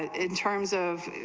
in terms of